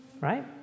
right